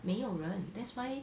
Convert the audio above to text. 没有人 that's why